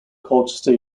colchester